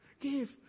Give